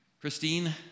Christine